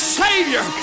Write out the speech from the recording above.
savior